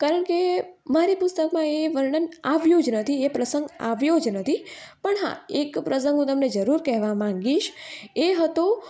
કારણ કે મારી પુસ્તકમાં એ વર્ણન આવ્યું જ નથી એ પ્રસંગ આવ્યો જ નથી પણ હા એક પ્રસંગ હું તમને જરૂર કહેવા માંગીશ એ હતો